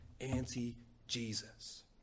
anti-Jesus